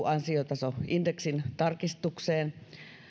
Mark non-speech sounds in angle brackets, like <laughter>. <unintelligible> ansiotasoindeksin tarkistukseen kohdistuu